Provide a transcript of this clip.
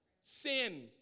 Sin